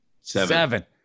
Seven